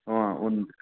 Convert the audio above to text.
ఉంది